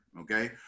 okay